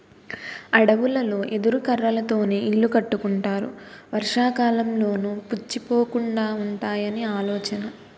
అడవులలో ఎదురు కర్రలతోనే ఇల్లు కట్టుకుంటారు వర్షాకాలంలోనూ పుచ్చిపోకుండా వుంటాయని ఆలోచన